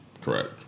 Correct